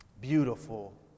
beautiful